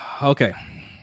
Okay